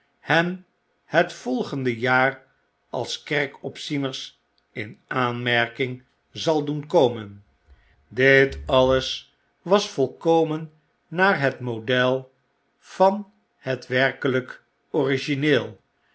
hen het volgende jaar als kerkopzieners in aanmerking zal doen komen dit alles was volkomen naar het model van het werkelyk origineel